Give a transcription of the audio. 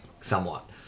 somewhat